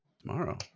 Tomorrow